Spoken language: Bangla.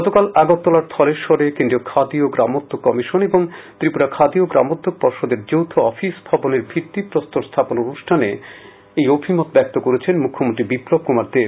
গতকাল আগরতলার ধলেশ্বরে কেন্দ্রীয় খাদি ও গ্রামোদ্যোগ কমিশন এবং ত্রিপুরা খাদি ও গ্রামোদ্যোগ পর্ষদের যৌথ অফিস ভবনের ভিত্তি প্রস্তুর স্থাপন অনুষ্ঠানে এ অভিমত ব্যক্ত করেন মুখ্যমন্ত্রী বিপ্লব কুমার দেব